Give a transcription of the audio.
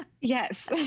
Yes